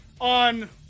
on